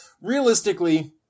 realistically